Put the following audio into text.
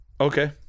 Okay